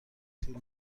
طول